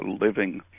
living